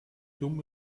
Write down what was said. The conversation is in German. dumm